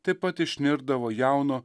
taip pat išnirdavo jauno